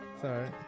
Sorry